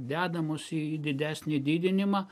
dedamos į didesnį didinimą